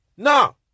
No